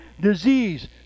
disease